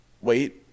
Wait